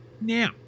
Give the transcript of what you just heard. Now